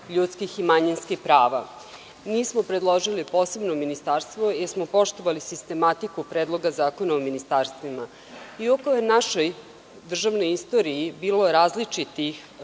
i manjinskih prava“. Predložili smo posebno ministarstvo jer smo poštovali sistematiku Predloga zakona o ministarstvima. Iako je u našoj državnoj istoriji bilo različitih